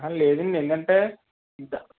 లేదండి ఎందుకంటే ఇక